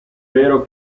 vero